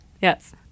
Yes